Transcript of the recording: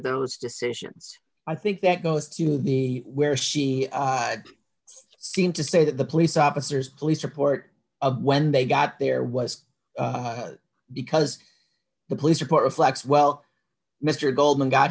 those decisions i think that goes to the where she seemed to say that the police officers police report of when they got there was because the police report reflects well mr goldman got